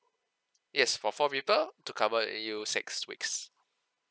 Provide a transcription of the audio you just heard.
yes for four people to cover err you six weeks